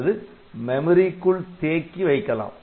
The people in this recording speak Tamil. அல்லது மெமரிக்குள் தேக்கி வைக்கலாம்